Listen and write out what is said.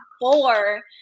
four